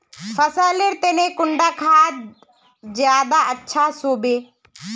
फसल लेर तने कुंडा खाद ज्यादा अच्छा सोबे?